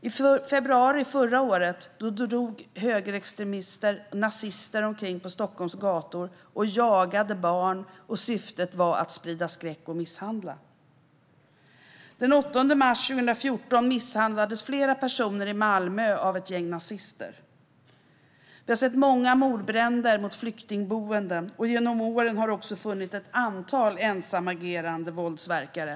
I februari förra året drog högerextremister och nazister omkring på Stockholms gator och jagade barn. Syftet var att sprida skräck och misshandla. Den 8 mars 2014 misshandlades flera personer i Malmö av ett gäng nazister. Vi har sett många mordbränder på flyktingboenden. Genom åren har det också funnits ett antal ensamagerande våldsverkare.